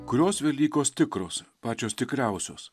kurios velykos tikros pačios tikriausios